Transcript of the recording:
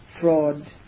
fraud